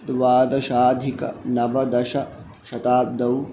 द्वादशाधिकनवदशशताब्दौ